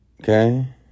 Okay